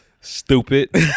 Stupid